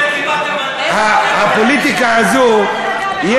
על זה דיברתם, הפוליטיקה הזאת,